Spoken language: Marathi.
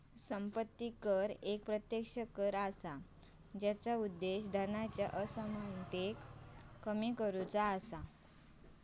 संपत्ती कर एक प्रत्यक्ष कर असा जेचा उद्देश धनाच्या असमानतेक कमी करुचा असा